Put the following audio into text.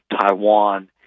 Taiwan